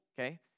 Okay